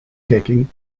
taking